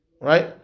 right